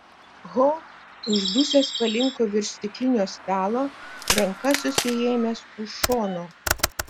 ho uždusęs palinko virš stiklinio stalo ranka susiėmęs už šono